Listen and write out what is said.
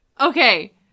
Okay